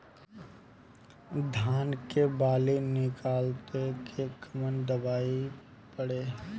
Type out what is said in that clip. धान के बाली निकलते के कवन दवाई पढ़े?